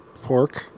pork